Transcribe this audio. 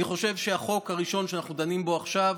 אני חושב שהחוק הראשון, שאנחנו דנים בו עכשיו,